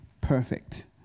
Perfect